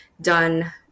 done